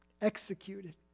executed